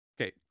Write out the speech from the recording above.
Okay